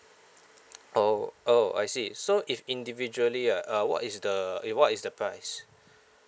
oh oh I see so if individually uh uh what is the eh what is the price